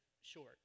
short